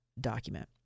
document